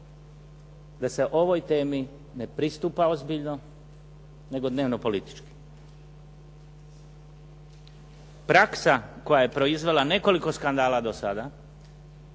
da se ovoj temi ne pristupa ozbiljno, nego dnevno politički. Praksa koja je proizvela nekoliko skandala do sada,